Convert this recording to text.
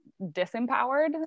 disempowered